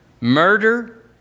murder